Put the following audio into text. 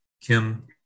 Kim